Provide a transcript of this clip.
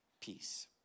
peace